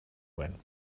when